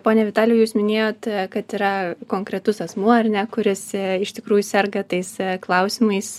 ponia vitalijau jūs minėjot kad yra konkretus asmuo ar ne kuris iš tikrųjų serga tais klausimais